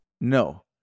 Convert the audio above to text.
No